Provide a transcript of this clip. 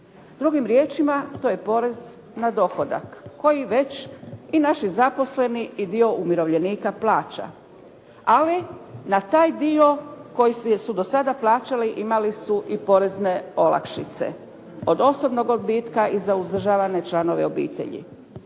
drugim riječima to je porez na dohodak koji već i naši zaposleni i dio umirovljenika plaća, ali na taj dio koji su do sada plaćali imali su i porezne olakšice od osobnog odbitka i za uzdržavane članove obitelji.